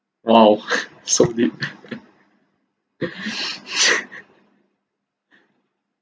!wow! so deep